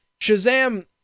Shazam